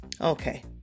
Okay